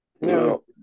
No